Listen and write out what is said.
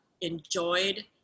enjoyed